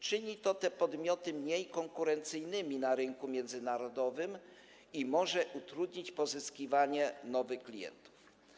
Czyni to te podmioty mniej konkurencyjnymi na rynku międzynarodowym i może utrudnić pozyskiwanie nowych klientów.